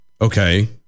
Okay